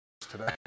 today